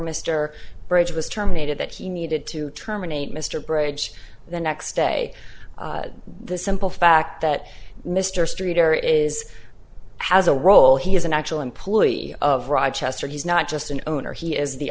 mr bridge was terminated that he needed to terminate mr burrage the next day the simple fact that mr streeter is has a role he is an actual employee of rochester he's not just an owner he is the